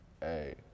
Hey